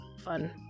fun